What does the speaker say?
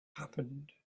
happened